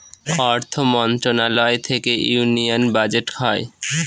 অর্থ মন্ত্রণালয় থেকে ইউনিয়ান বাজেট হয়